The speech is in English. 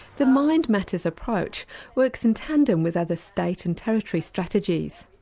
the mind matters approach works in tandem with other state and territory strategies.